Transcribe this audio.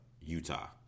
Utah